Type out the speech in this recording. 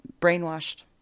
brainwashed